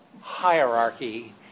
hierarchy